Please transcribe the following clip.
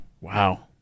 Wow